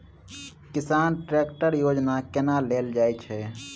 किसान ट्रैकटर योजना केना लेल जाय छै?